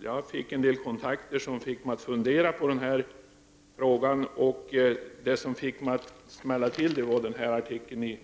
Jag har fått en del kontakter som lett till att jag började fundera på den här frågan. Det som fick mig att till slut reagera var artikeln i